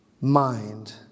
mind